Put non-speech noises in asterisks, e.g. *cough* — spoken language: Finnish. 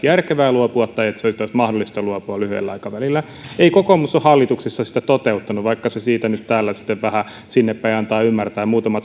*unintelligible* järkevää luopua tai että siitä olisi mahdollista luopua lyhyellä aikavälillä ei kokoomus ole hallituksessa sitä toteuttanut vaikka se nyt täällä sitten vähän sinne päin antaa ymmärtää muutamat